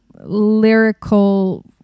lyrical